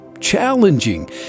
challenging